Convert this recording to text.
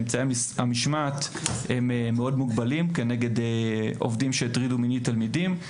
היא שאמצעי המשמעת הם מאוד מוגבלים כנגד עובדים שהטרידו מינית תלמידים.